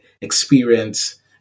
experience